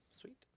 Sweet